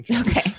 Okay